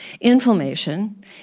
inflammation